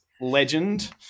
legend